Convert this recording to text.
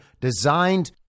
designed